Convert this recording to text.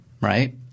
right